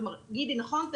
גידי, נכון?